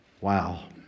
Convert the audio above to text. Wow